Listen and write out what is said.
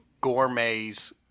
Gourmet's